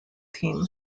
team